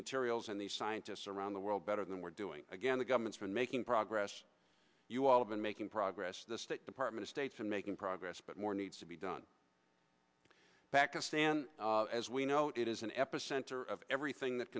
materials and the scientists around the world better than we're doing again the government's been making progress you all been making progress the state department states and making progress but more needs to be done pakistan as we note it is an epicenter of everything that